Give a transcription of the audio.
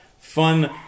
fun